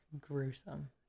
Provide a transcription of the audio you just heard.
gruesome